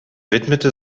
widmete